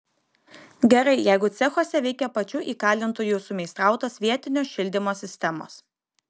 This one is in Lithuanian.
gerai jeigu cechuose veikia pačių įkalintųjų sumeistrautos vietinio šildymo sistemos